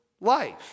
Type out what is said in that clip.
life